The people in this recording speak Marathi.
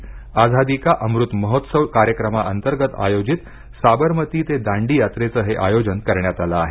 आझादी का अमृत महोत्सव कार्यक्रमातर्गत आयोजित साबरमती ते दांडी यात्रेचं हे आयोजन करण्यात आलं आहे